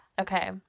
okay